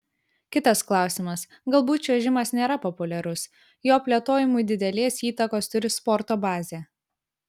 kitas klausimas galbūt čiuožimas nėra populiarus jo plėtojimui didelės įtakos turi sporto bazė